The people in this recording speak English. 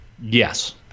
Yes